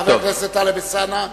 חבר הכנסת טלב אלסאנע,